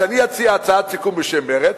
שאני אציע הצעת סיכום בשם מרצ,